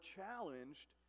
challenged